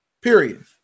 period